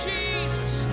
Jesus